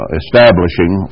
establishing